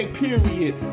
period